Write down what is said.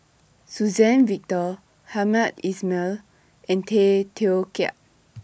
Suzann Victor Hamed Ismail and Tay Teow Kiat